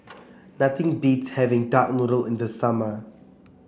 nothing beats having Duck Noodle in the summer